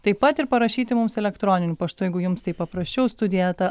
taip pat ir parašyti mums elektroniniu paštu jeigu jums taip paprasčiau studija eta